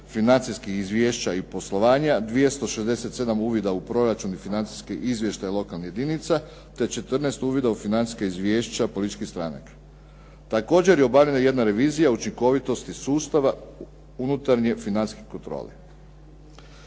financijskih izvješća i poslovanja, 267 uvida u proračun i financijski izvještaj lokalnih jedinica te 14 uvida u financijska izvješća političkih stranaka. Također je obavljena jedna revizija učinkovitosti sustava unutarnje financijske kontrole.